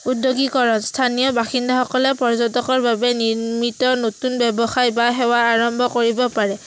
উদ্যোগী খৰচ স্থানীয় বাসিন্দাসকলে পৰ্যটকৰ বাবে নিৰ্মিত নতুন ব্যৱসায় বা সেৱা আৰম্ভ কৰিব পাৰে